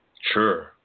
Sure